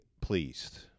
pleased